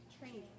Training